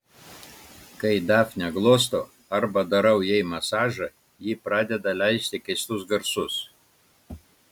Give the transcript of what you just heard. kai dafnę glostau arba darau jai masažą ji pradeda leisti keistus garsus